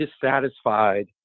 dissatisfied